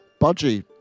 Budgie